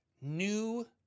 new